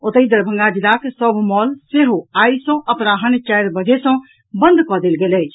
ओतहि दरभंगा जिलाक सभ मॉल सेहो आइ सॅ अपराह्न चारि बजे सॅ बंद कऽ देल गेल अछि